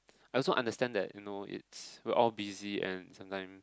I also understand that you know it's we're all busy and sometimes